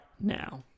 now